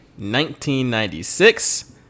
1996